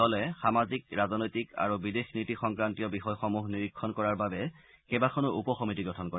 দলে সামাজিক ৰাজনৈতিক আৰু বিদেশ নীতি সংক্ৰান্তীয় বিষয়সমূহ নিৰীক্ষণ কৰাৰ বাবে কেইবাখনো উপ সমিতি গঠন কৰে